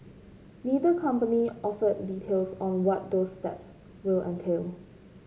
neither company offered details on what those steps will entail